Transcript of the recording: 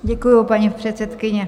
Děkuji, paní předsedkyně.